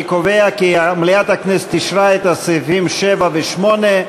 אני קובע כי מליאת הכנסת אישרה את הסעיפים 7 ו-8,